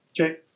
Okay